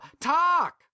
Talk